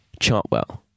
Chartwell